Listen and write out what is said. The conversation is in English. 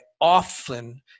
often